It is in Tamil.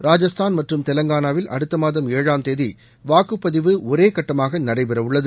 ராஜஸ்தான் மற்றும் தெலங்கானாவில் அடுத்த மாதம் ஏழாம் தேதி வாக்குப்பதிவு ஒரே கட்டமாக நடைபெறவுள்ளது